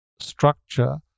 structure